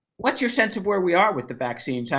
what's your sense of where we are with the vaccines? yeah